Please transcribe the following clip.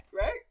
Right